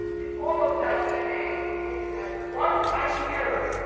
and all of that dna if it has one tiny error